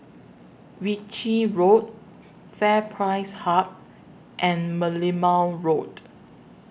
Ritchie Road FairPrice Hub and Merlimau Road